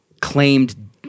claimed